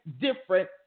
different